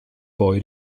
poi